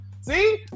see